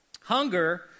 hunger